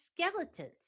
skeletons